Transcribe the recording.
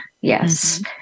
Yes